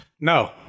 No